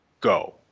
go